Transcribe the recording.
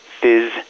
Fizz